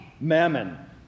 mammon